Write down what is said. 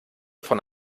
von